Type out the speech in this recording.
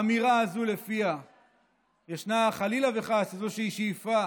האמירה הזאת שלפיה ישנה, חלילה וחס, איזו שאיפה